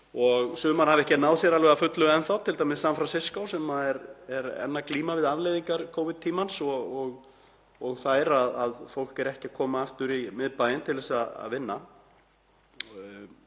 og sumar hafa ekki náð sér alveg að fullu enn þá, t.d. San Fransisco sem er enn að glíma við afleiðingar Covid-tímans sem eru að fólk er ekki að koma aftur í miðbæinn til að vinna.